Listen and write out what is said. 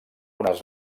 unes